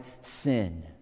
sin